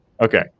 Okay